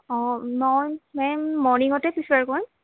অঁ মই মেম মৰ্ণিঙতে প্ৰিফাৰ কৰিম